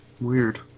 Weird